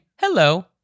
Hello